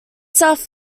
south